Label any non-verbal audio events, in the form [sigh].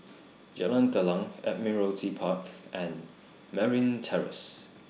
[noise] Jalan Telang Admiralty Park and Merryn Terrace